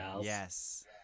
yes